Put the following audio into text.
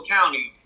County